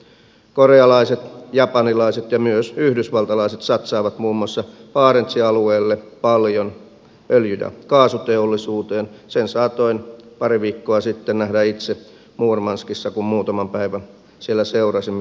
korealaiset japanilaiset ja myös yhdysvaltalaiset satsaavat muun muassa barentsin alueelle paljon öljy ja kaasuteollisuuteen sen saatoin pari viikkoa sitten nähdä itse murmanskissa kun muutaman päivän siellä seurasin mitä tapahtuu